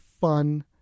fun